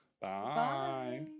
Bye